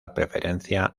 preferencia